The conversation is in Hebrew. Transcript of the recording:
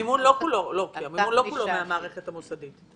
המימון הוא לא כולו מהמערכת המוסדית.